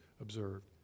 observed